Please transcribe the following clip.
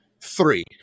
three